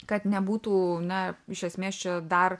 kad nebūtų na iš esmės čia dar